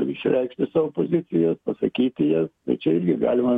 išreikšti savo poziciją pasakyti ją tai čia irgi galima